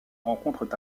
rencontrent